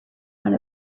one